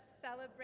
celebrate